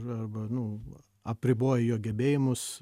arba nu apriboja jo gebėjimus